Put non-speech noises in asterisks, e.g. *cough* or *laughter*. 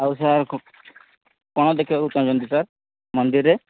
ଆଉ *unintelligible* କ'ଣ ଦେଖିବାକୁ ଚାହୁଁଛନ୍ତି ସାର୍ ମନ୍ଦିରରେ